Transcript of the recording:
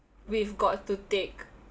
we've got to take